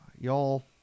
Y'all